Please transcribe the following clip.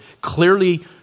clearly